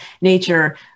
nature